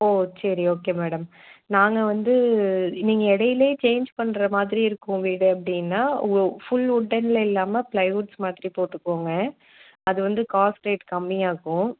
ஓ சரி okay madam நாங்கள் வந்து நீங்கள் இடையிலையே சேஞ்ச் பண்ணுற மாதிரி இருக்கும் வீடு அப்படின்னா ஃபுல் உட்டனில் இல்லாமல் பிளைவுட்ஸ் மாதிரி போட்டுக்கோங்க அது வந்து காஸ்ட் ரேட் கம்மியாகும்